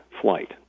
flight